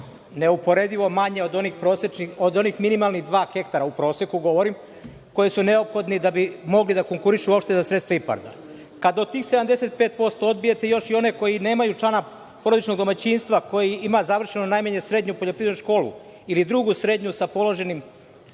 neuporedivo manje od onih minimalnih dva hektara u proseku govorim, koji su neophodni da bi mogli da konkurišu uopšte za sredstva IPARD-a. Kada od tih 75% odbijete još i one koje nemaju člana porodičnog domaćinstva, koji ima završeno najmanje srednju poljoprivrednu školu ili drugu srednju sa položenim ispitima